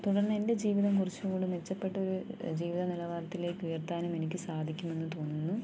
തുടർന്ന് എൻ്റെ ജീവിതം കുറച്ചും കൂടി മെച്ചപ്പെട്ട ഒരു ജീവിത നിലവാരത്തിലേക്ക് ഉയർത്താനും എനിക്ക് സാധിക്കുമെന്ന് തോന്നുന്നു